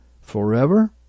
forever